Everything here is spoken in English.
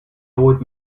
old